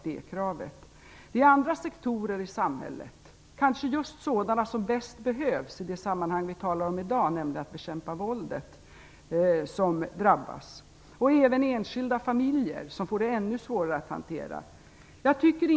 Det är då andra sektorer i samhället, kanske just sådana som bäst behövs i det sammanhang som vi talar om i dag, nämligen bekämpningen av våldet, som drabbas. Även för enskilda familjer blir det då ännu svårare att hantera situationen.